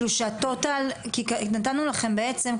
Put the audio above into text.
כי נתנו לכם בעצם,